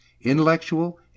intellectual